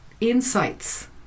insights